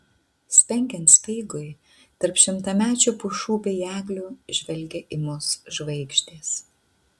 spengiant speigui tarp šimtamečių pušų bei eglių žvelgė į mus žvaigždės